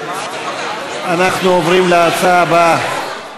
אנחנו עוברים להצעה הבאה: